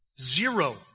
Zero